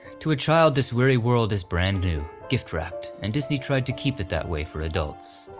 to a child this weary world is brand new, gift wrapped, and disney tried to keep it that way for adults.